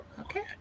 okay